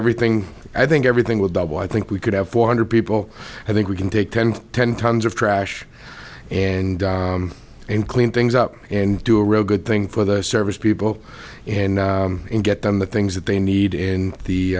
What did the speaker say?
everything i think everything will double i think we could have four hundred people i think we can take ten to ten tons of trash and and clean things up and do a real good thing for the service people and get them the things that they need in the